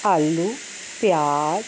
ਆਲੂ ਪਿਆਜ